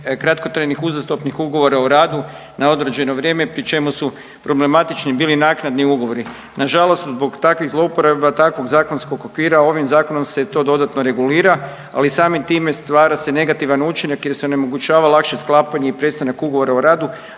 kratkotrajnih uzastopnih ugovora o radu na određeno vrijeme pri čemu su problematični bili naknadni ugovori. Na žalost zbog takvih zlouporaba, takvog zakonskog okvira ovim zakonom se to dodatno regulira ali samim time stvara se negativan učinak jer se onemogućava lakše sklapanje i prestanak ugovora o radu